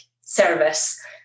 service